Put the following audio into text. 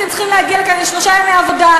אתם צריכים להגיע לכאן לשלושה ימי עבודה,